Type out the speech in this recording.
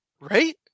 right